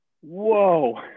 Whoa